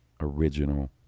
original